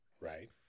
right